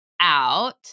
out